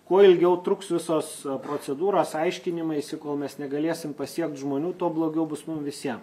kuo ilgiau truks visos procedūros aiškinimaisi kol mes negalėsim pasiekt žmonių tuo blogiau bus mum visiem